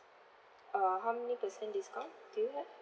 uh how many percent discount do you have